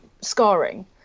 scarring